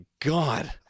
God